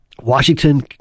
Washington